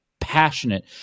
passionate